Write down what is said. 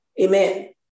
amen